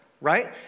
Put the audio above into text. right